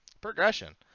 Progression